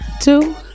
two